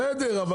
בסדר,